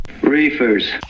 Reefers